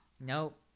Nope